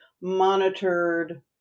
monitored